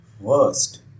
worst